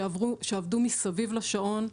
שעבדו מסביב לשעון,